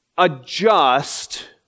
adjust